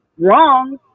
Wrong